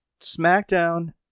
SmackDown